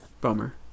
Bummer